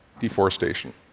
deforestation